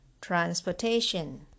Transportation